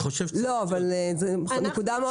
לא, אבל זו נקודה חשובה מאוד.